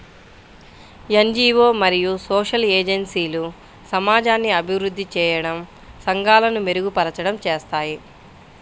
NGO మరియు social ఏజెన్సీలు సమాజాన్ని అభివృద్ధి చేయడం, సంఘాలను మెరుగుపరచడం చేస్తాయి